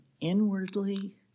inwardly